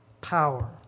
power